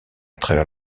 travers